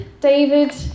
David